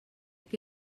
que